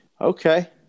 Okay